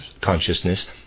consciousness